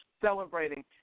celebrating